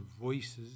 voices